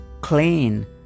Clean